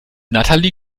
natalie